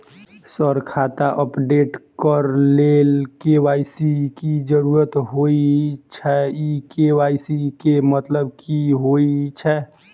Sir खाता update करऽ लेल के.वाई.सी की जरुरत होइ छैय इ के.वाई.सी केँ मतलब की होइ छैय?